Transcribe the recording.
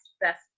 best